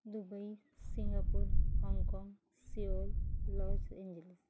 Dubai Singapore Hong Kong Seoul Los Angeles